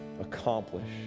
accomplish